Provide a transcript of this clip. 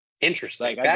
Interesting